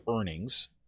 earnings